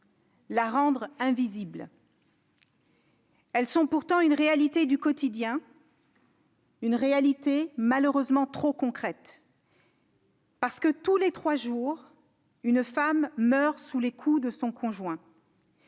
les rendre invisibles. Elles sont pourtant une réalité du quotidien, une réalité malheureusement trop concrète. Tous les trois jours, une femme meurt sous les coups de son conjoint.